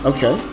Okay